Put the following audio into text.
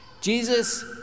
Jesus